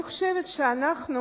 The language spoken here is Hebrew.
אני חושבת שאנחנו,